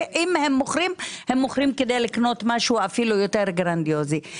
ואם הם מוכרים זה כדי לקנות משהו אפילו יותר גרנדיוזי.